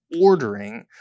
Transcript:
ordering